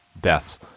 deaths